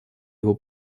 его